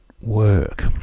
work